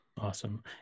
Awesome